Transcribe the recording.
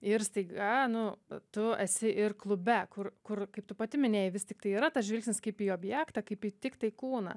ir staiga nu tu esi ir klube kur kur kaip tu pati minėjai vis tiktai yra tas žvilgsnis kaip į objektą kaip į tiktai kūną